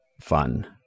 fun